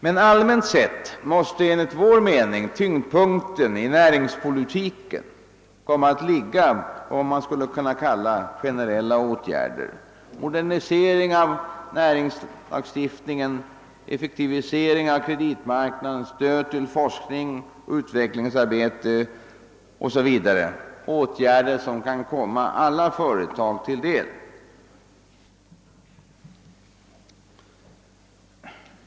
Men allmänt sett måste enligt vår mening tyngdpunkten i näringspolitiken komma att ligga på vad man skulle kunna kalla generella åtgärder: modernisering av näringslagstiftningen, effektivisering av kreditmarknaden, stöd till forskning och utvecklingsarbete o.s.v., åtgärder som kan komma alla företag till del.